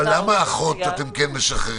אבל למה אחות אתם כן משחררים?